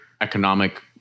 economic